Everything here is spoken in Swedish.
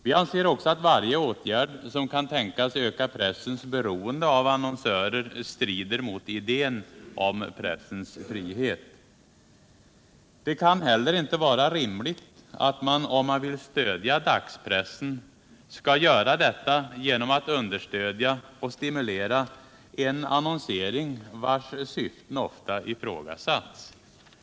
Vi anser också att varje åtgärd som kan tänkas öka pressens beroende av annonsörer strider mot idén om pressens frihet. Det kan heller inte vara rimligt att man, om man vill stödja dagspressen, skall göra detta genom att understödja och stimulera en annonsering, vars syften ofta har ifrågasatts.